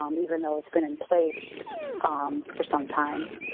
um even though it's been in place um for some time.